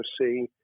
see